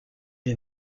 est